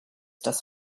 das